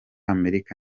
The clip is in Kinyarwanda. amerika